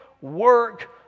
work